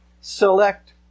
select